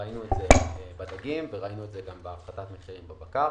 ראינו את זה בדגים וראינו את זה גם בהפחתת מחירים בבקר.